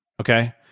Okay